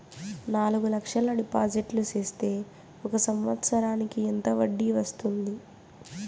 నాలుగు లక్షల డిపాజిట్లు సేస్తే ఒక సంవత్సరానికి ఎంత వడ్డీ వస్తుంది?